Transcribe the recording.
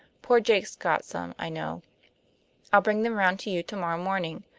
poor jake's got some, i know i'll bring them round to you tomorrow morning.